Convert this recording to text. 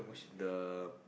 the